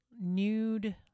nude